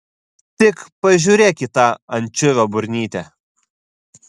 tik pažiūrėk į tą ančiuvio burnytę